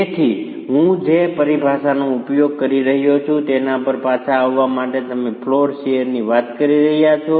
તેથી હું જે પરિભાષાનો ઉપયોગ કરી રહ્યો છું તેના પર પાછા આવવા માટે તમે ફ્લોર શીયરની વાત કરી રહ્યા છો